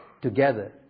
Together